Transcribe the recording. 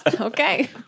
Okay